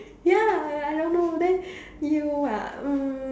ya I I don't know then you ah mm